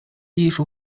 艺术